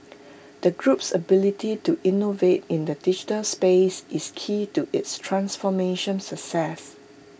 the group's ability to innovate in the digital space is key to its transformation success